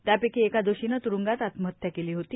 त्यापैकी एका दोषीनं तुरुंगात आत्महत्या केली होती